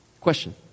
Question